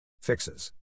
Fixes